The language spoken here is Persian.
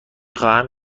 خواهم